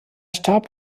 starb